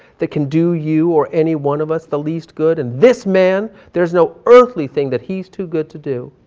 that can do you or any one of us the least good of and this man. there's no earthly thing that he's too good to do.